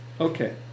okay